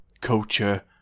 Culture